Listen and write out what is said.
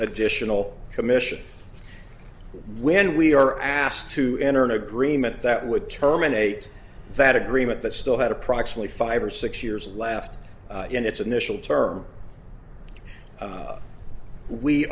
additional commission when we are asked to enter an agreement that would terminate that agreement that still had approximately five or six years left in its initial term